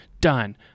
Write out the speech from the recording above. done